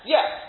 Yes